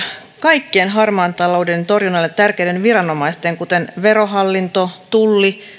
kaikkien harmaan talouden torjunnalle tärkeiden viranomaisten kuten verohallinto tulli